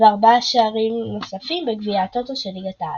וארבעה שערים נוספים בגביע הטוטו של ליגת העל.